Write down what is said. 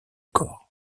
corps